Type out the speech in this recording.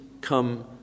come